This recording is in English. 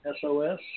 SOS